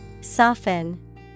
Soften